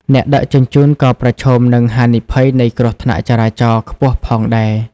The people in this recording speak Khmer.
អ្នកដឹកជញ្ជូនក៏ប្រឈមនឹង ហានិភ័យនៃគ្រោះថ្នាក់ចរាចរណ៍ ខ្ពស់ផងដែរ។